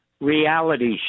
reality